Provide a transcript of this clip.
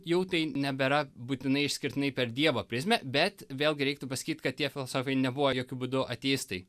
jau tai nebėra būtinai išskirtinai per dievo prizmę bet vėlgi reiktų pasakyt kad tie filosofai nebuvo jokiu būdu ateistai